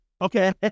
Okay